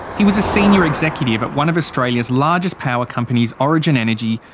he was a senior executive at one of australia's largest power companies, origin energy,